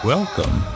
Welcome